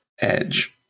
Edge